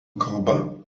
kalba